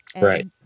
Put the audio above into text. right